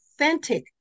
authentic